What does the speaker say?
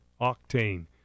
octane